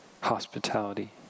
hospitality